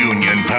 Union